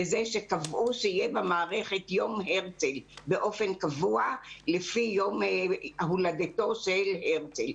וזה שקבעו שיהיה במערכת יום הרצל באופן קבוע לפי יום הולדתו של הרצל.